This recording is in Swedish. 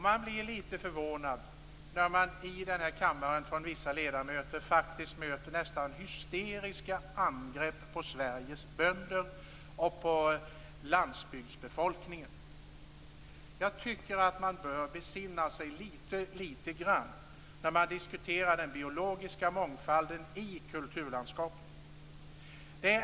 Man blir litet förvånad när man i den här kammaren från vissa ledamöter möter nästan hysteriska angrepp på Sveriges bönder och på landsbygdsbefolkningen. Jag tycker att man bör besinna sig litet grand när man diskuterar den biologiska mångfalden i kulturlandskapet.